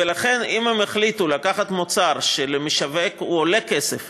ולכן, אם הם החליטו לקחת מוצר שעולה למשווק כסף